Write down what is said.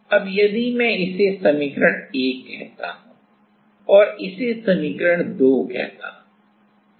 अब यदि मैं इसे समीकरण 1 कहता हूं और इसे समीकरण 2 कहते हैं